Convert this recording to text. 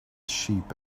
sheep